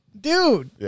dude